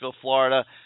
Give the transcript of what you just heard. Florida